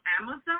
Amazon